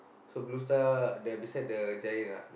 so Blue star the beside the Giant ah